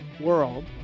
world